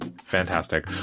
Fantastic